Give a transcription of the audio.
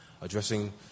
addressing